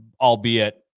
albeit